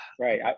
right